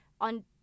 on